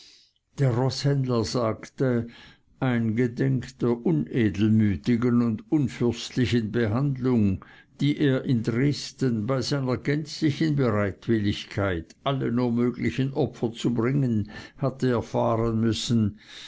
der roßhändler sagte eingedenk der unedelmütigen und unfürstlichen behandlung die er in dresden bei seiner gänzlichen bereitwilligkeit alle nur möglichen opfer zu bringen hatte erfahren müssen